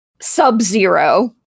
sub-zero